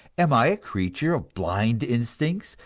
am i a creature of blind instincts,